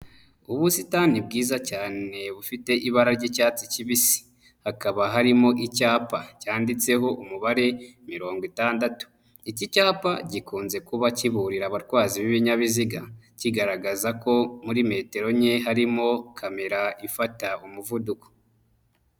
Ubusitani bwiza cyane bufite ibara ry'icyatsi kibisi, hakaba harimo icyapa, cyanditseho umubare mirongo itandatu. Iki cyapa gikunze kuba kiburira abarwayi b'ibinyabiziga, kigaragaza ko muri metero nke harimo kamera ifata umuvuduko.